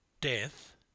death